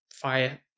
fire